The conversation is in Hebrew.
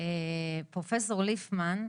פרופסור ליפמן,